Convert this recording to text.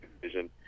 vision